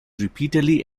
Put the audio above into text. repeatedly